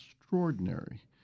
extraordinary